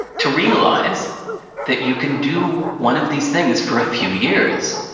to realize that you can do one of these things for a few years,